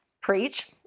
Preach